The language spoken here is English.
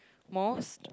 most